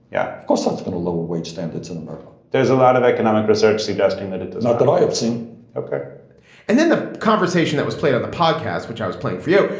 yeah, of course, that's going to lower wage standards in america. there's a lot of economic research suggesting that it does not that i saying okay and then the conversation that was played on the podcast, which i was playing for you,